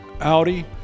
Audi